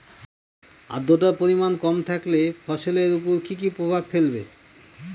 আদ্রর্তার পরিমান কম থাকলে ফসলের উপর কি কি প্রভাব ফেলবে?